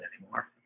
anymore